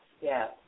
yes